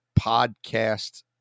podcast